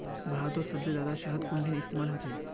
भारतत सबसे जादा शहद कुंठिन इस्तेमाल ह छे